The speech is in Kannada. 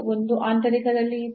1 ಆಂತರಿಕದಲ್ಲಿ ಇತ್ತು